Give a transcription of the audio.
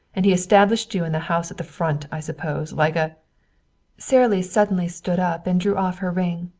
and he established you in the house at the front, i suppose, like a sara lee suddenly stood up and drew off her ring.